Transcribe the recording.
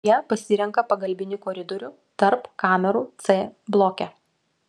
jie pasirenka pagalbinį koridorių tarp kamerų c bloke